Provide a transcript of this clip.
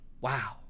wow